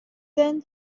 then